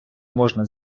можна